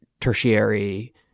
tertiary